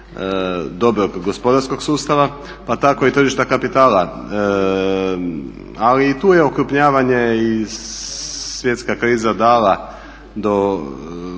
dobrog gospodarskog sustava, pa tako i tržišta kapitala. Ali i tu je okrupnjavanje i svjetska kriza dala dovela